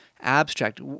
abstract